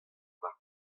war